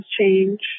change